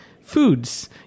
foods